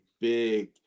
big